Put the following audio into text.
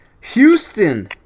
Houston